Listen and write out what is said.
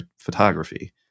photography